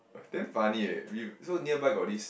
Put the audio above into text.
it's damn funny eh we so nearby got this